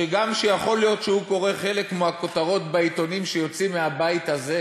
שגם יכול להיות שהוא קורא חלק מהכותרות בעיתונים שיוצאות מהבית הזה,